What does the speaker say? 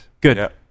Good